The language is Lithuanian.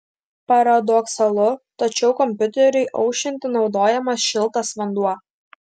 paradoksalu tačiau kompiuteriui aušinti naudojamas šiltas vanduo